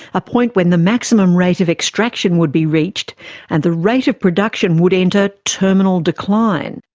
a point when the maximum rate of extraction would be reached and the rate of production would enter terminal decline.